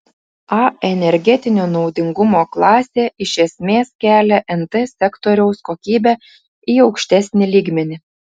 a energetinio naudingumo klasė iš esmės kelia nt sektoriaus kokybę į aukštesnį lygmenį